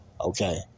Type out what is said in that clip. Okay